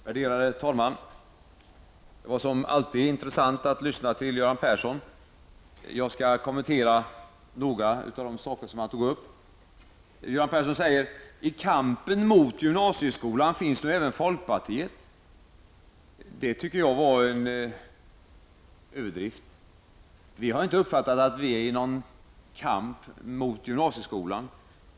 Värderade talman! Det var, som alltid, intressant att lyssna på Göran Persson. Jag skall kommentera några av de saker som han tog upp. Göran Persson säger att folkpartiet nu finns med i kampen mot gymnasieskolan. Det tycker jag är en överdrift. Vi har inte uppfattat att vi befinner oss i någon kamp mot gymnasieskolan.